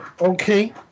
okay